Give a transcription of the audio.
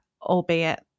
albeit